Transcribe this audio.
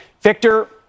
Victor